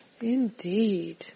Indeed